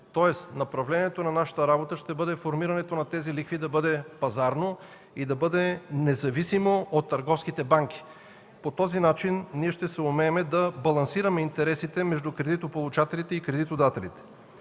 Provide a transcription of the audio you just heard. Тоест, направлението на нашата работа ще бъде формирането на тези лихви да бъде пазарно и независимо от търговските банки. По този начин ние ще съумеем да балансираме интересите между кредитополучателите и кредитодателите.